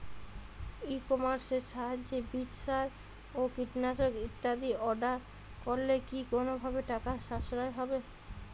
ই কমার্সের সাহায্যে বীজ সার ও কীটনাশক ইত্যাদি অর্ডার করলে কি কোনোভাবে টাকার সাশ্রয় হবে?